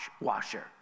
washer